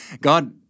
God